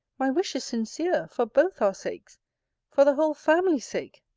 my wish is sincere, for both our sakes for the whole family's sake